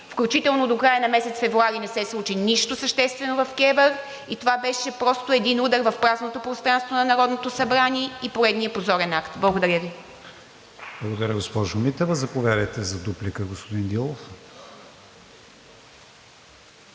включително до края на месец февруари не се случи нищо съществено в КЕВР и това беше просто един удар в празното пространство на Народното събрание и поредният позорен акт. Благодаря Ви. ПРЕДСЕДАТЕЛ КРИСТИАН ВИГЕНИН: Благодаря, госпожо Митева. Заповядайте за дуплика, господин Дилов.